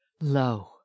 Lo